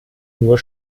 nur